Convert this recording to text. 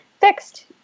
fixed